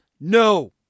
No